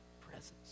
presence